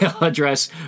address